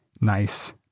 Nice